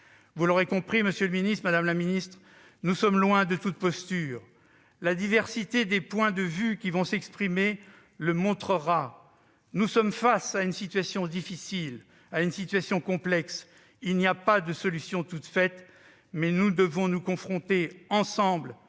vous l'aurez compris, nous sommes loin de toute posture. La diversité des points de vue qui vont s'exprimer le montrera. Nous sommes face à une situation difficile, complexe. Il n'y a pas de solution toute faite, mais nous devons nous confronter ensemble